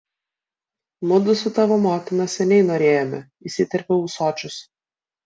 mudu su tavo motina seniai norėjome įsiterpia ūsočius